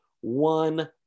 One